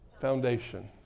foundation